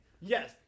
Yes